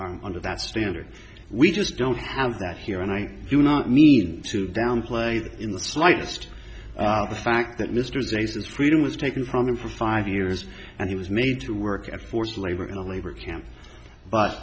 case under that standard we just don't have that here and i do not mean to downplay that in the slightest the fact that mr zazen freedom was taken from him for five years and he was made to work at forced labor abraham but